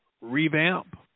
revamp